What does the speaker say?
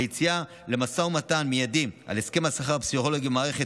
ליציאה למשא ומתן מיידי על הסכם שכר הפסיכולוגים במערכת,